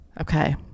Okay